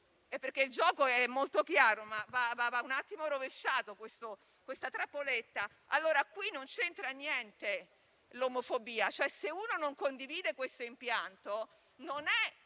il gioco è molto chiaro, ma va un attimo rovesciata questa trappoletta e non c'entra niente l'omofobia; se uno non condivide questo impianto non è